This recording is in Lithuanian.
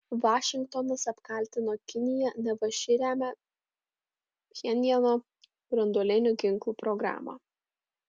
vašingtonas apkaltino kiniją neva ši remia pchenjano branduolinių ginklų programą